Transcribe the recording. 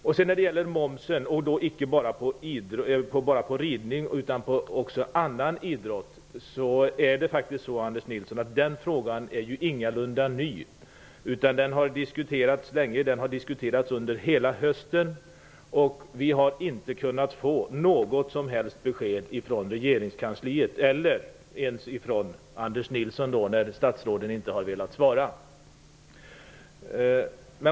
Frågan om moms inte bara på ridning utan också på annan idrott är ju ingalunda ny, Anders Nilsson. Den har diskuterats länge, under hela hösten. Vi har inte kunnat få något som helst besked från regeringskansliet och inte ens från Anders Nilsson när statsråden inte har velat svara.